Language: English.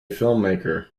filmmaker